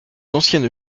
anciennes